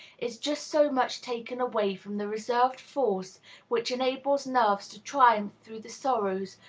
is just so much taken away from the reserved force which enables nerves to triumph through the sorrows,